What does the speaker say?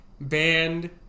band